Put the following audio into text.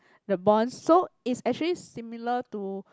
the bonds so it's actually similar to